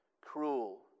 cruel